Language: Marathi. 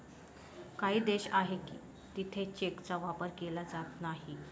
काही देश आहे जिथे चेकचा वापर केला जात नाही